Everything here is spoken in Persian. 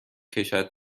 کشد